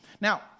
Now